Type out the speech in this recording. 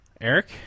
Eric